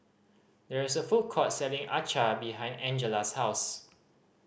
there is a food court selling acar behind Angella's house